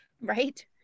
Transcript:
Right